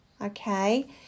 Okay